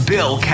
Bill